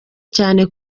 cyane